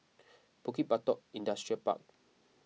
Bukit Batok Industrial Park